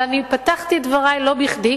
אבל אני פתחתי את דברי, לא בכדי,